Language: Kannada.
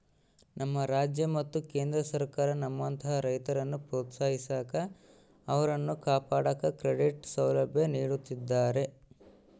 ನಮ್ಮ ರಾಜ್ಯ ಮತ್ತು ಕೇಂದ್ರ ಸರ್ಕಾರ ನಮ್ಮಂತಹ ರೈತರನ್ನು ಪ್ರೋತ್ಸಾಹಿಸಾಕ ಅವರನ್ನು ಕಾಪಾಡಾಕ ಕ್ರೆಡಿಟ್ ಸೌಲಭ್ಯ ನೀಡುತ್ತಿದ್ದಾರೆ